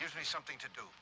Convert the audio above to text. gives me something to do